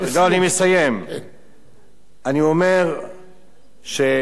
אני אומר שאנחנו נתמוך בערוץ-10,